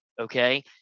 Okay